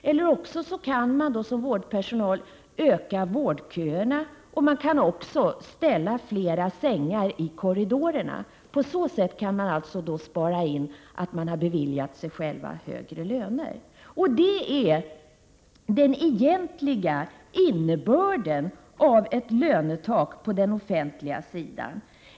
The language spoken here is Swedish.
Eller också kan de öka vårdköerna eller ställa fler sängar i korridorerna. På så sätt kan man alltså spara in att man beviljar sig själv högre löner. Det är den egentliga innebörden av ett lönetak på den offentliga sidan.